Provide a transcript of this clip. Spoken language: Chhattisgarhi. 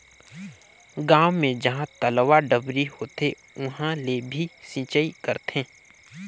गांव मे जहां तलवा, डबरी होथे उहां ले भी सिचई करथे